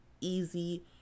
easy